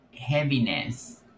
heaviness